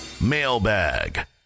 Mailbag